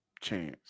chance